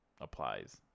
applies